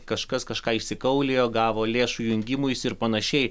kažkas kažką išsikaulijo gavo lėšų jungimuisi ir panašiai